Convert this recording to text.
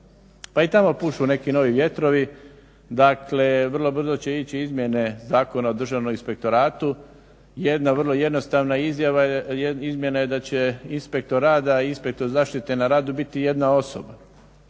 pa i tamo pušu neki novi vjetrovi. Dakle, vrlo brzo će ići izmjene Zakona o državnom inspektoratu. Jedna vrlo jednostavna izmjena je da će inspektor rada i inspektor zaštite na radu biti jedna osoba.